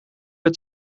ben